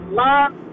love